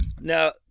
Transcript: Now